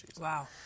Wow